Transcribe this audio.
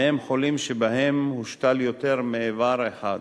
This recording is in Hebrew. מהם חולים שבהם הושתל יותר מאיבר אחד.